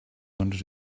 wanted